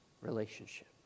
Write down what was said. relationship